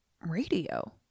radio